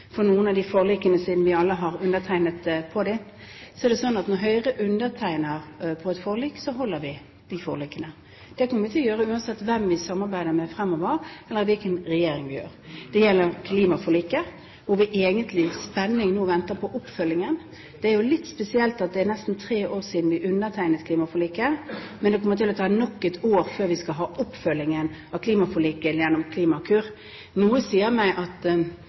for noen av forlikene, siden vi alle har undertegnet på dem. Så er det sånn at når Høyre undertegner et forlik, holder vi forliket. Det kommer vi til å gjøre uansett hvem vi samarbeider med fremover, eller hvilken regjering vi har. Det gjelder klimaforliket, hvor vi egentlig i spenning nå venter på oppfølgingen. Det er litt spesielt at det er nesten tre år siden vi undertegnet klimaforliket, og at det kommer til å ta nok et år før vi skal ha oppfølgingen av klimaforliket gjennom Klimakur. Noe sier meg at